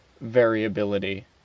variability